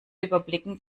überblicken